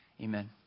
amen